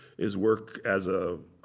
is work as a